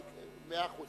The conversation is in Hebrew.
נסים,